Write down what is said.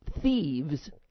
thieves